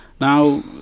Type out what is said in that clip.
Now